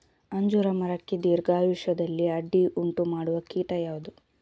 ಅಂಜೂರ ಮರಕ್ಕೆ ದೀರ್ಘಾಯುಷ್ಯದಲ್ಲಿ ಅಡ್ಡಿ ಉಂಟು ಮಾಡುವ ಕೀಟ ಯಾವುದು?